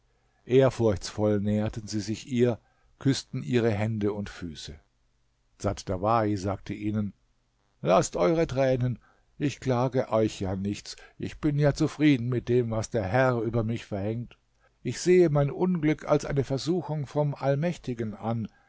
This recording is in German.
ehrfurchtsvoll näherten sie sich ihr und küßten ihre hände und füße dsat dawahi sagte ihnen laßt eure tränen ich klage euch ja nichts ich bin ja zufrieden mit dem was der herr über mich verhängt ich sehe mein unglück als eine versuchung vom allmächtigen an